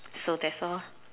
so that's all